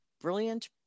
Brilliant